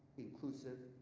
inclusive,